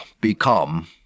become